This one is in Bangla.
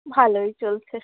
ভালোই চলছে